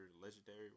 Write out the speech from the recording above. legendary